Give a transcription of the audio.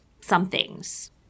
somethings